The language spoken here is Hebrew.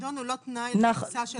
הפיקדון הוא לא תנאי לכניסה שלהם.